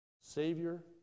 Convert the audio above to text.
Savior